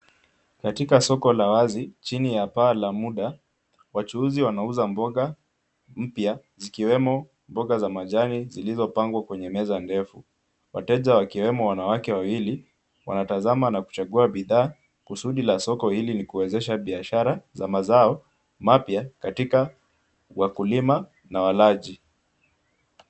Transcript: Katika soko la wazi, chini ya paa la muda. Wachuuzi wanauza mboga mpya, zikiwemo mboga za majani zilizopangwa kwenye meza ndefu. Wateja wakiwemo wanawake wawili, wanatazama na kuchagua bidhaa . Kusudi la soko hili, ni kuwezesha biashara za mazao mapya katika wakulima na walaji.